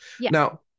Now